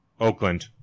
Oakland